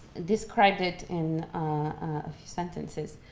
described it in a few sentences.